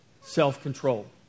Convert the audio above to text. Self-control